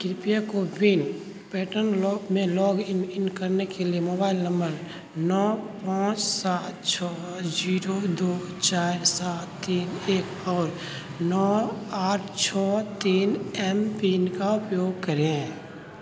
कृपया कोविन पोर्टल में log in in करने के लिए मोबाइल नम्बर नौ पाँच सात छः छः जीरो दो चार सात तीन एक और नौ आठ छः तीन एम पिन का उपयोग करें